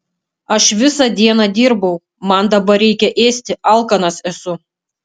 aš visą dieną dirbau man dabar reikia ėsti alkanas esu